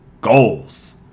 goals